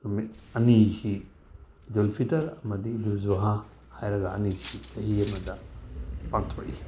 ꯅꯨꯃꯤꯠ ꯑꯅꯤꯁꯤ ꯏꯗꯨꯜ ꯐꯤꯇ꯭ꯔ ꯑꯃꯗꯤ ꯏꯗꯨꯜ ꯖꯨꯍꯥ ꯍꯥꯏꯔꯒ ꯑꯅꯤꯁꯤ ꯆꯍꯤ ꯑꯃꯗ ꯄꯥꯡꯊꯣꯛꯏ